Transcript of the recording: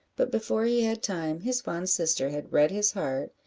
but before he had time, his fond sister had read his heart,